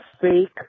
fake